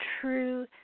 true